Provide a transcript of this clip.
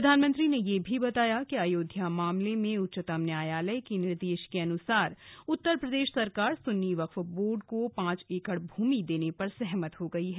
प्रधानमंत्री ने यह भी बताया कि अयोध्या मामले में उच्चतम न्यायालय के निर्देश के अनुसार उत्तर प्रदेश सरकार सुन्नी वक्फ बोर्ड को पांच एकड़ भूमि देने पर सहमत हो गई है